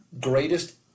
greatest